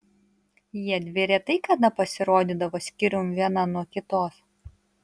jiedvi retai kada pasirodydavo skyrium viena nuo kitos